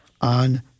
on